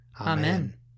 Amen